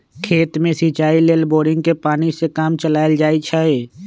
खेत में सिचाई लेल बोड़िंगके पानी से काम चलायल जाइ छइ